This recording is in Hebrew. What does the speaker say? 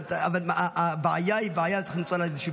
אבל הבעיה היא בעיה שצריך למצוא לה איזשהו פתרון.